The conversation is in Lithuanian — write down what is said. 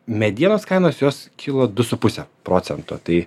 medienos kainos jos kilo du su puse procento tai